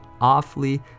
awfully